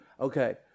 Okay